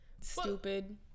stupid